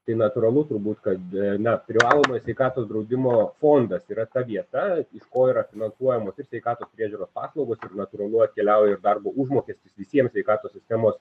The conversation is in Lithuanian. tai natūralu turbūt kad na privalomojo sveikatos draudimo fondas yra ta vieta iš ko yra finansuojamos ir sveikatos priežiūros paslaugos ir natūralu atkeliauja ir darbo užmokestis visiems sveikatos sistemos